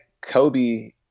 Kobe